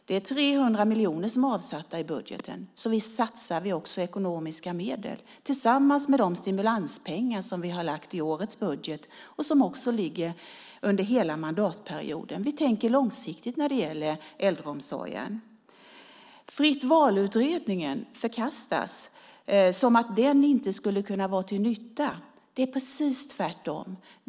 Det är 300 miljoner som är avsatta i budgeten, så visst satsar vi också ekonomiska medel tillsammans med de stimulanspengar som vi har avsatt i årets budget och som också ligger under hela mandatperioden. Vi tänker långsiktigt när det gäller äldreomsorgen. Fritt val-utredningen förkastas som att den inte skulle kunna vara till nytta. Det är precis tvärtom.